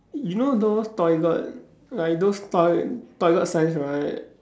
you know those toi~ got like those toi~ toilet signs right